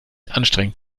anstrengend